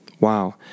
wow